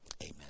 amen